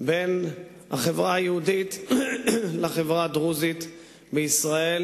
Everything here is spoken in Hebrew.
בין החברה היהודית לחברה הדרוזית בישראל,